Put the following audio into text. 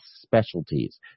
specialties